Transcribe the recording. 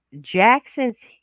Jackson's